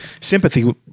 sympathy